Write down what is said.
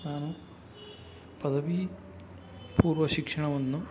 ನಾನು ಪದವಿಪೂರ್ವ ಶಿಕ್ಷಣವನ್ನು